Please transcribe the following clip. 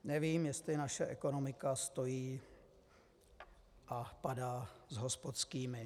Nevím, jestli naše ekonomika stojí a padá s hospodskými.